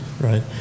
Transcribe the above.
right